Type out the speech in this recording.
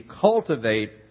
cultivate